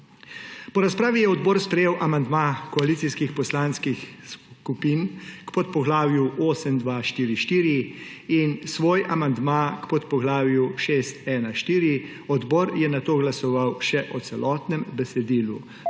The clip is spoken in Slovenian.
Po razpravi je odbor sprejel amandma koalicijskih poslanski skupin k podpoglavju 8.2.4.4 in svoj amandma k podpoglavju 6.1.4. Odbor je nato glasoval še o celotnem besedilu